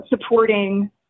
supporting